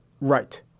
Right